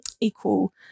equal